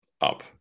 up